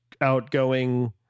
outgoing